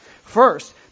First